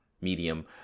medium